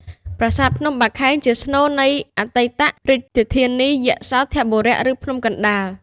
ប្រាសាទភ្នំបាខែងជាស្នូលនៃអតីត រាជធានីយសោធបុរៈ ឬ ភ្នំកណ្តាល។